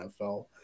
NFL